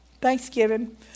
Thanksgiving